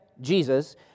Jesus